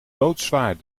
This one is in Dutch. loodzwaar